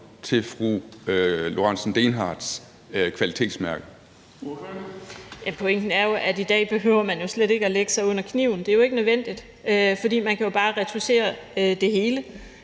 Karina Lorentzen Dehnhardt (SF): Pointen er, at i dag behøver man slet ikke at lægge sig under kniven. Det er ikke nødvendigt, fordi man jo kan bare retouchere det hele,